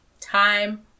time